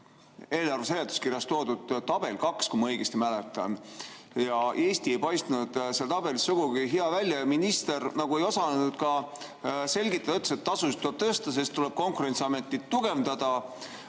eelarve seletuskirjas toodud tabelist 2, kui ma õigesti mäletan. Eesti ei paistnud seal tabelis sugugi hea välja ja minister ei osanud ka selgitada, ütles, et tasusid tuleb tõsta, sest tuleb Konkurentsiametit tugevdada.